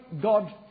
God